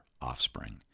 offspring